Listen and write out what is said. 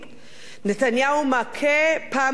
נתניהו מכה פעמיים,